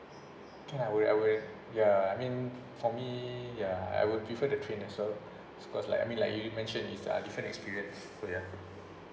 can I would I would ya I mean for me ya I would prefer the train as well because I mean like you mentioned it's a different experience so ya